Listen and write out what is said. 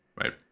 right